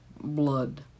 blood